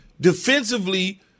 Defensively